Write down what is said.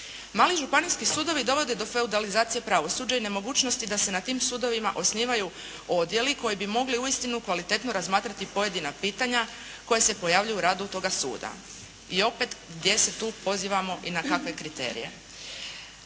Mali županijski sudovi dovode do feudalizacije pravosuđa i nemogućnosti da se na tim sudovima osnivaju odjeli koji bi mogli uistinu kvalitetno razmatrati pojedina pitanja koja se pojavljuju u radu toga suda. I opet, gdje se tu pozivamo i na kakve kriterije.